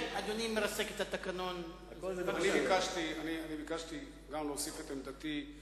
אני ביקשתי גם להוסיף את עמדתי,